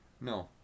No